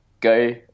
go